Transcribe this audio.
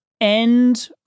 end